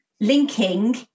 Linking